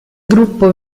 gruppo